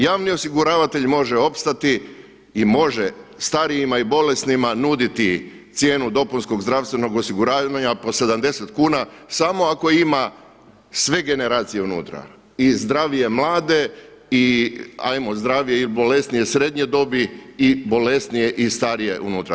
Javni osiguravatelj može opstati i može starijima i bolesnima nuditi cijenu dopunskog zdravstvenog osiguranja po 70 kuna samo ako ima sve generacije unutra i zdravije mlade i ajmo zdravije i bolesnije srednje dobi i bolesnije i starije unutra.